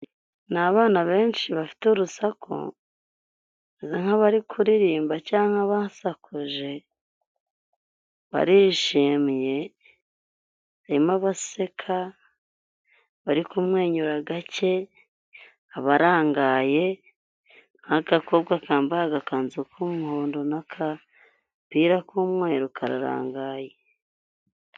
Ni abana benshi bafite urusaku, bameze nk'abari kuririmba cyangwa nk'abashakuje, barishimye, harimo abaseka, abari kumwenyura gake, abarangaye, nk'agakobwa kambaye agakanzu k'umuhondo n'akapira k'umweru kararangaye.